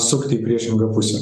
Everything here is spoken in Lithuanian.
sukti į priešingą pusę